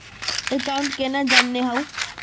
Account केना जाननेहव?